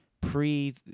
pre